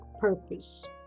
purpose